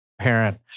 parent